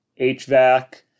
HVAC